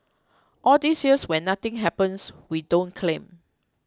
all these years when nothing happens we don't claim